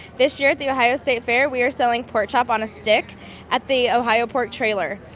this year at the ohio state fair, we are selling pork chop on a stick at the ohio pork trailer.